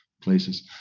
places